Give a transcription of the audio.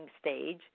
stage